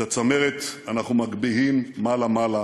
את הצמרת אנחנו מגביהים מעלה מעלה,